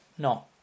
No